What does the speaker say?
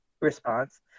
response